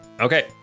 Okay